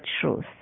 truth